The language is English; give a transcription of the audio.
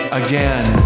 again